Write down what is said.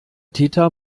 täter